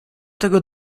tego